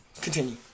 Continue